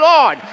Lord